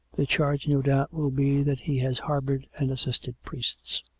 the charge, no doubt, will be that he has harboured and assisted priests.